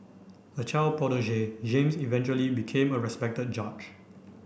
a child prodigy James eventually became a respected judge